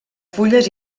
fulles